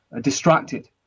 distracted